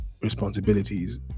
responsibilities